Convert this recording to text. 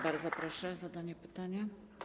Bardzo proszę o zadanie pytania.